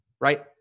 Right